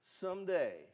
Someday